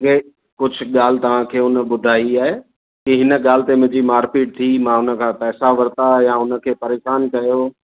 हे कुझु ॻाल्हि तव्हांखे हुन ॿुधाई आहे की हिन ॻाल्हि ते मुंहिंजी मारपीट थी मां हुनखां पैसा वरिता या हुनखे परेशान कयो